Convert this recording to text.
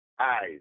eyes